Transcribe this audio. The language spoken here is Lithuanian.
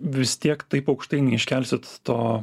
vis tiek taip aukštai neiškelsit to